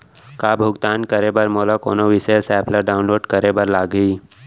का भुगतान करे बर मोला कोनो विशेष एप ला डाऊनलोड करे बर लागही